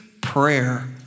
prayer